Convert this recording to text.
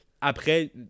Après